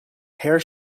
pear